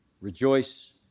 rejoice